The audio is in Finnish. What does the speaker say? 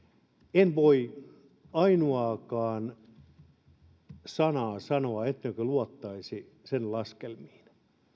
en voi ainoaakaan sanaa sanoa ettenkö luottaisi sen laskelmiin